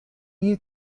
you